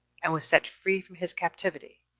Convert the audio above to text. and was set free from his captivity,